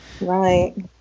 Right